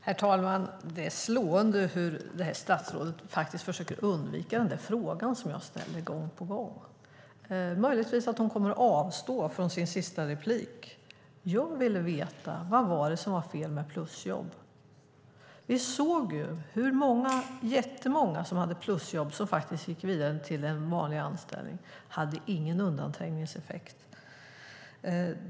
Herr talman! Det är slående hur statsrådet försöker undvika den fråga jag ställer gång på gång. Möjligtvis kommer hon att avstå från sitt sista inlägg. Jag vill veta: Vad var det som var fel med plusjobb? Vi såg ju att jättemånga som hade plusjobb gick vidare till en vanlig anställning. Det hade ingen undanträngningseffekt.